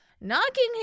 knocking